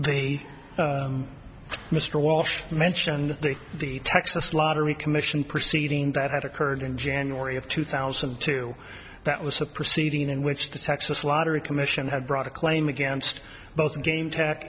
they mr walsh mentioned the texas lottery commission proceeding that had occurred in january of two thousand and two that was a proceeding in which the texas lottery commission had brought a claim against both a game t